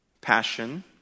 passion